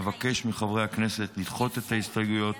אבקש מחברי הכנסת לדחות את ההסתייגויות